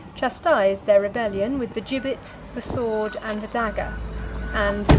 chastised their rebellion with the gibbet, the sword, and the dagger and,